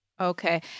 Okay